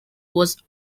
was